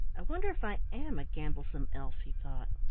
i wonder if i am a gamblesome elf, he thought.